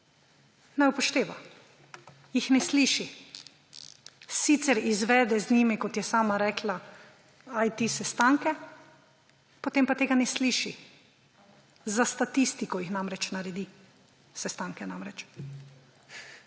ne upošteva, jih ne sliši. Sicer izvede z njimi, kot je sama rekla, IT sestanke, potem pa tega ne sliši – za statistiko jih namreč naredi, sestanke namreč.